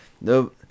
no